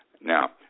Now